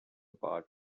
part